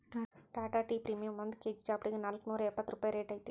Tata tea premium ಒಂದ್ KG ಚಾಪುಡಿಗೆ ನಾಲ್ಕ್ನೂರಾ ಎಪ್ಪತ್ ರೂಪಾಯಿ ರೈಟ್ ಐತಿ